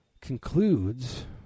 concludes